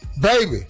baby